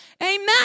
Amen